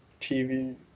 TV